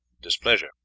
displeasure